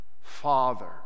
Father